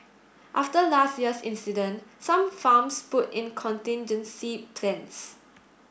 after last year's incident some farms put in contingency plans